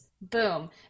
boom